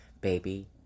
baby